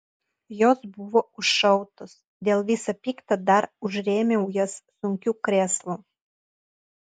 jos buvo užšautos dėl visa pikta dar užrėmiau jas sunkiu krėslu